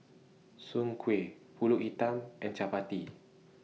Soon Kuih Pulut Hitam and Chappati